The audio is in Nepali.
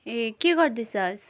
ए के गर्दैछस्